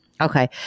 Okay